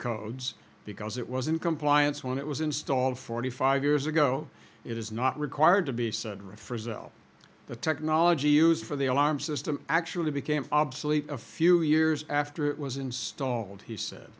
codes because it was in compliance when it was installed forty five years ago it is not required to be said refers to the technology used for the alarm system actually became obsolete a few years after it was installed he said